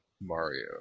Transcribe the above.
Mario